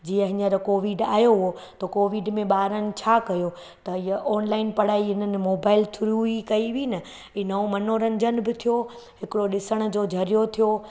जीअं हींअर कोविड आयो हुयो त कोविड में ॿारनि छा कयो त हीअ ऑनलाइन पढ़ाई इन्हनि मोबाइल थ्रू ई कई हुई न नओं मनोरंजनु बि थियो हिकिड़ो ॾिसण जो ज़रियो थियो